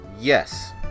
Yes